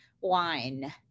wine